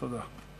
תודה.